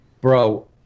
Bro